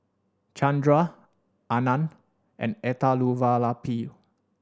Chandra Anand and Elattuvalapil